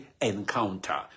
encounter